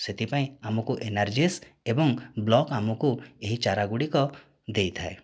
ସେଥିପାଇଁ ଆମକୁ N R G S ଏବଂ ବ୍ଲକ ଆମକୁ ଏହି ଚାରା ଗୁଡ଼ିକ ଦେଇଥାଏ